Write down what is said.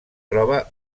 troba